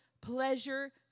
pleasure